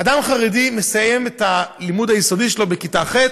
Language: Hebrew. אדם חרדי מסיים את הלימוד היסודי שלו בכיתה ח',